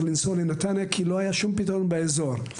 לנסוע לנתניה כי לא היה שום פתרון באזור.